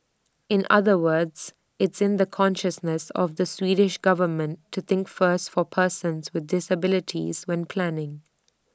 in other words it's in the consciousness of the Swedish government to think first for persons with disabilities when planning